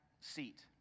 seat